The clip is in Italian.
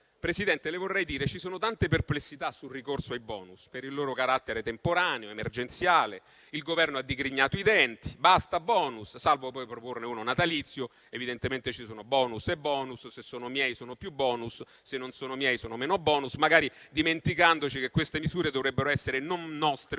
Presidente, le vorrei dire che ci sono tante perplessità sul ricorso ai *bonus* per il loro carattere temporaneo, emergenziale. Il Governo ha digrignato i denti - basta *bonus* - salvo poi proporne uno natalizio. Evidentemente ci sono *bonus* e *bonus*: se sono miei, sono più *bonus*; se non sono miei, sono meno *bonus*, magari dimenticandoci che queste misure dovrebbero essere non nostre